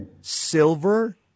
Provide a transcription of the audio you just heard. silver